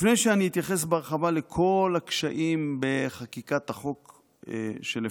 לפני שאני אתייחס בהרחבה לכל הקשיים בחקיקת החוק שלפנינו,